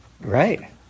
Right